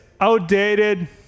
outdated